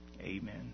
amen